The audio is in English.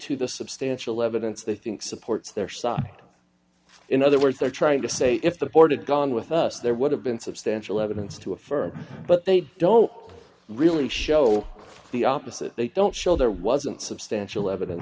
to the substantial evidence they think supports their side in other words they're trying to say if the board gone with us there would have been substantial evidence to affirm but they don't really show the opposite they don't show there wasn't substantial evidence